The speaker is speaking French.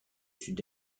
sud